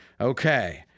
Okay